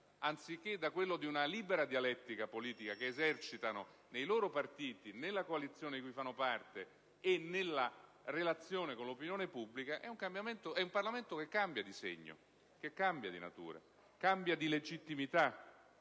anziché da quello di una libera dialettica politica che esercitano nei loro partiti, nella coalizione di cui fanno parte e nella relazione con l'opinione pubblica, è un Parlamento che cambia di segno, di natura, di legittimità,